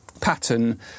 pattern